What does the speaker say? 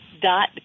dot